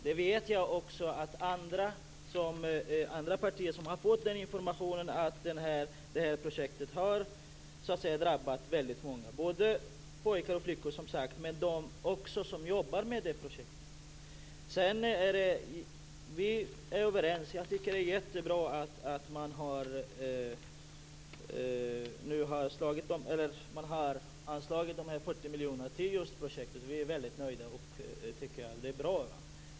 Jag vet också att andra partier har fått information om att väldigt många i projektet har drabbats, både pojkar och flickor men också de som jobbar med projektet. Vi är överens. Jag tycker att det är jättebra att man nu har anslagit 40 miljoner just till det här projektet. Vi är nöjda med det och tycker att det är bra.